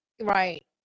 right